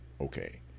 okay